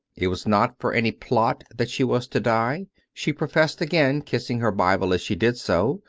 it was not for any plot that she was to die she professed again, kissing her bible as she did so,